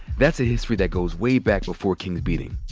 that's a history that goes way back before king's beating.